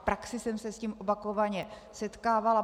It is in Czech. V praxi jsem se s tím opakovaně setkávala.